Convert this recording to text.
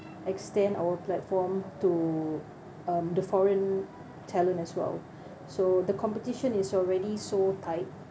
extend our platform to um the foreign talent as well so the competition is already so tight